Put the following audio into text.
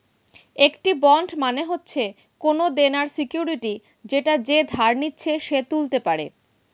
একটি বন্ড মানে হচ্ছে কোনো দেনার সিকিউরিটি যেটা যে ধার নিচ্ছে সে তুলতে পারে